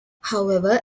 however